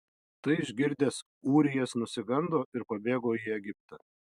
tai išgirdęs ūrijas nusigando ir pabėgo į egiptą